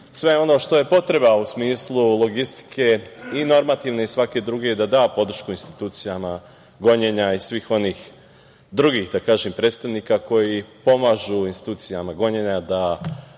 sve ono što je potreba u smislu logistike i normativne i svake druge da da podršku institucijama gonjenja i svih onih drugih predstavnika koji pomažu institucijama gonjenja da